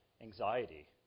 anxiety